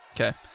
Okay